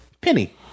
Penny